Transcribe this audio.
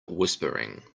whispering